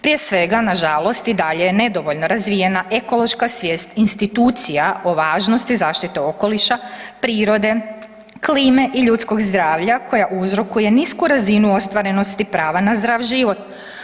Prije svega nažalost i dalje je nedovoljno razvijena ekološka svijest institucija o važnosti zaštite okoliša, prirode, klime i ljudskog zdravlja koja uzrokuje nisku razinu ostvarenosti prava na zdrav život.